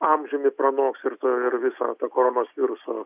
amžiumi pranoks ir tą ir visą tą koronos viruso